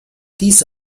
dies